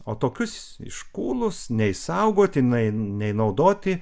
o tokius iškūlus nei saugoti nai nei naudoti